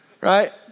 right